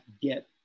get